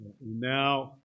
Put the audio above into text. Now